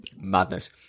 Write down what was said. madness